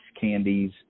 candies